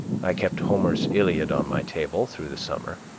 i kept homer's iliad on my table through the summer,